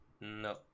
no